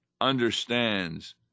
understands